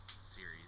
series